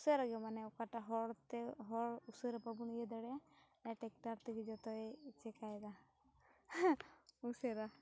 ᱩᱥᱟᱹᱨᱟ ᱜᱮ ᱢᱟᱱᱮ ᱦᱚᱲ ᱛᱮ ᱦᱚᱲ ᱩᱥᱟᱹᱨᱟ ᱛᱮ ᱵᱟᱵᱚᱱ ᱤᱭᱟᱹ ᱫᱟᱲᱮᱼᱟ ᱚᱱᱟ ᱴᱮᱠᱴᱟᱨ ᱛᱮᱜᱤᱮ ᱡᱚᱛᱚᱭ ᱪᱤᱠᱟᱹᱭ ᱮᱫᱟ ᱩᱥᱟᱹᱨᱟ